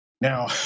Now